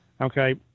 okay